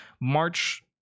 march